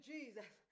Jesus